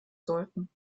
sollten